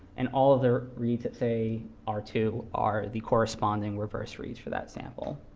and all of the reads that say r two are the corresponding reverse reads for that sample.